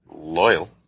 Loyal